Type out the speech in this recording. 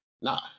Nah